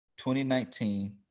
2019